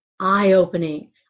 eye-opening